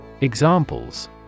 examples